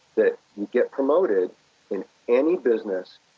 that you get promoted in any business,